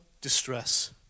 distress